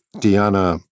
Diana